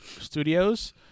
studios